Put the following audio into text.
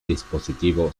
dispositivo